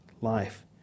life